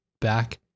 back